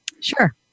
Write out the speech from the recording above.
Sure